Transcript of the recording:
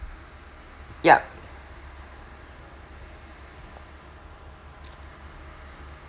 yup